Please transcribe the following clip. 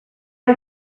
has